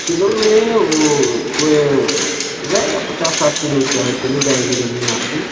کلو میں نہیں ہے وہ رہے گا پچاس ساٹھ کلو چاہے چلی جائے گی ریلنگ آپ کی